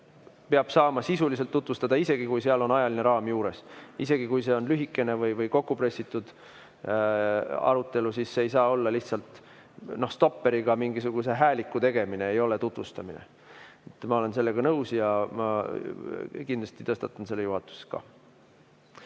peab saama sisuliselt tutvustada, isegi kui seal on ajaline raam juures. Isegi kui see on lühikene või kokkupressitud arutelu, siis see ei saa olla lihtsalt stopperiga aega võttes mingisuguse hääliku tegemine. See ei ole tutvustamine. Ma olen sellega nõus ja ma kindlasti tõstatan selle juhatuses